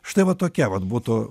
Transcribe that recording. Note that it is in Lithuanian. štai va tokia vat būtų